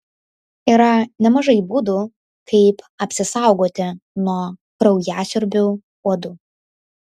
yra nemažai būdų kaip apsisaugoti nuo kraujasiurbių uodų